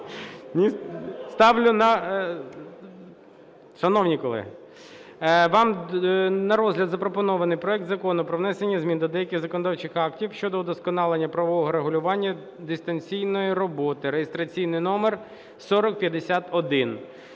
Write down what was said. вам на розгляд запропонований проект Закону про внесення змін до деяких законодавчих актів щодо удосконалення правового регулювання дистанційної роботи (реєстраційний номер 4051).